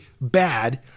bad